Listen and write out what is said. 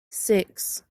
six